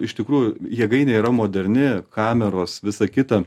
iš tikrųjų jėgainė yra moderni kameros visa kita